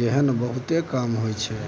जेहन बहुते काम होइ छै